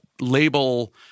label